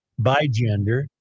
bigender